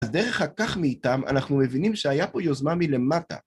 אז דרך הכך מאיתם אנחנו מבינים שהיה פה יוזמה מלמטה.